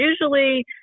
Usually